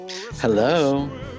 Hello